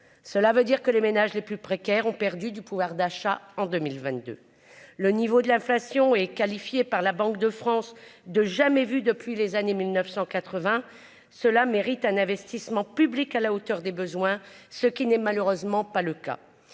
cela veut dire que les ménages les plus précaires ont perdu du pouvoir d'achat en 2022, le niveau de l'inflation est qualifiée par la Banque de France de jamais vu depuis les années 1980 cela mérite un investissement public à la hauteur des besoins, ce qui n'est malheureusement pas le cas,